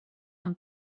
amb